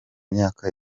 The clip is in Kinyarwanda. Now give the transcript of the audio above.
myaka